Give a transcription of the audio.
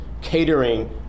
catering